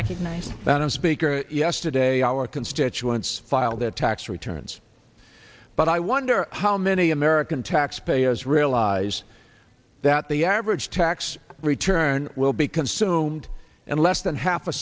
i'm speaker yesterday our constituents file their tax returns but i wonder how many american taxpayers realize s that the average tax return will be consumed and less than half a